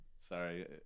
sorry